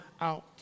out